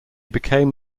became